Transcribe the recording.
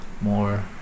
More